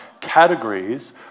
categories